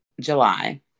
July